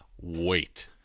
wait